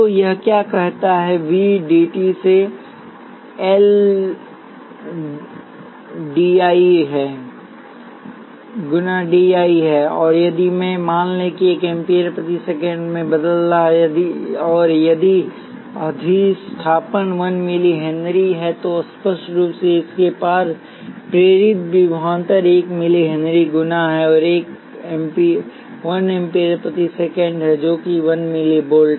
तो यह क्या कहता है V dt से L गुना dI है और यदि मैं मान लें कि 1 एम्पीयर प्रति सेकंड में बदल रहा है और यदि अधिष्ठापन 1 मिली हेनरी है तो स्पष्ट रूप से इसके पार प्रेरित विभवांतर 1 मिली हेनरी गुणा 1 एम्पीयर प्रति सेकंड है जो कि है 1 मिली वोल्ट